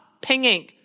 pinging